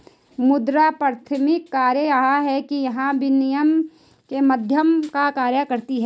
मुद्रा का प्राथमिक कार्य यह है कि यह विनिमय के माध्यम का कार्य करती है